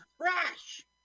crash